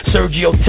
Sergio